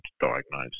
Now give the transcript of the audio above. diagnose